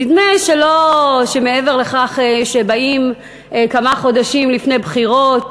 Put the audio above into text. נדמה שמעבר לכך שבאים כמה חודשים לפני בחירות